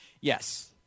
Yes